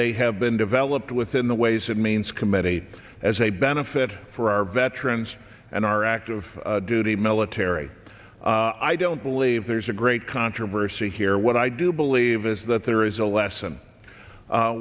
they have been developed within the ways and means committee as a benefit for our veterans and our active duty military i don't believe there's a great controversy here what i do believe is that there is a lesson